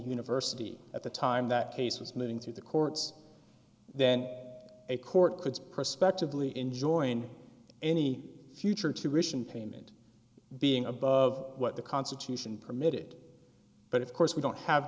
university at the time that case was moving through the courts then a court kids prospectively enjoin any future tuition payment being above what the constitution permitted but of course we don't have